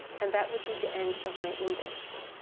and that would be the end of my index.